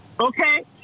Okay